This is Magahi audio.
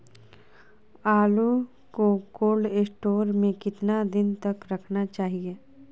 आलू को कोल्ड स्टोर में कितना दिन तक रखना चाहिए?